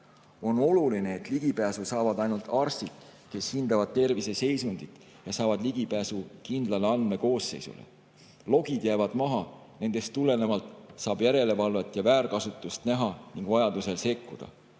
On oluline, et ligipääsu saavad ainult arstid, kes hindavad terviseseisundit ja saavad ligipääsu kindlale andmekoosseisule. Logid jäävad maha, nendest tulenevalt saab järelevalvet ja väärkasutust näha ning vajadusel sekkuda.